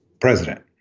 president